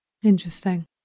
Interesting